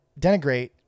denigrate